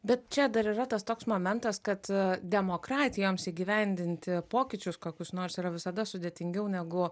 bet čia yra tas toks momentas kad demokratijoms įgyvendinti pokyčius kokius nors yra visada sudėtingiau negu